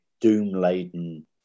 doom-laden